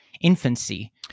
infancy